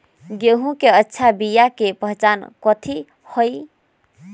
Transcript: गेंहू के अच्छा बिया के पहचान कथि हई?